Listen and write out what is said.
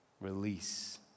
Release